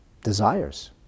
desires